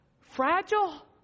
fragile